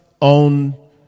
on